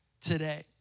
today